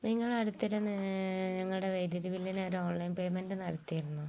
നിങ്ങളുടെ അടുത്തുനിന്ന് ഞങ്ങളുടെ വൈദ്യുതി ബില്ലിനൊരു ഓൺലൈൻ പേയ്മെൻറ് നടത്തിയിരുന്നു